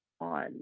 on